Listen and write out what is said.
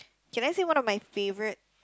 okay let's say one of my favourite